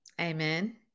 amen